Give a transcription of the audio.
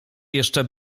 jeszcze